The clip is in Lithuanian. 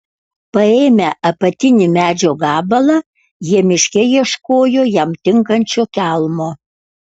paėmę apatinį medžio gabalą jie miške ieškojo jam tinkančio kelmo